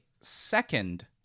second